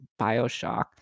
Bioshock